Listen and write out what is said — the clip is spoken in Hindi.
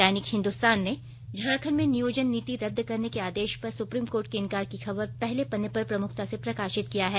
दैनिक हिन्दुस्तान ने झारखंड में नियोजन नीति रद्द करने के आदेश पर सुप्रीम कोर्ट के इनकार की खबर पहले पन्ने पर प्रमुखता से प्रकाशित किया है